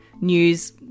news